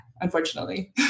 unfortunately